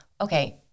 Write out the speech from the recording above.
okay